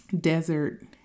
desert